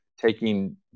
taking